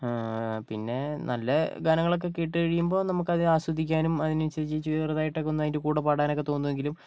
പിന്നെ നല്ല ഗാനങ്ങളൊക്കെ കേട്ട് കഴിയുമ്പോൾ നമുക്കത് ആസ്വദിക്കാനും അതിനനുസരിച്ച് ചെറുതായിട്ടൊക്കെ ഒന്ന് അതിന്റെ കൂടെ പാടാനൊക്കെ തോന്നുമെങ്കിലും